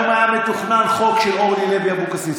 היום היה מתוכנן חוק של אורלי לוי אבקסיס,